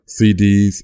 CDs